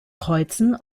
kreuzen